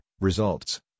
results